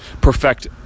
perfect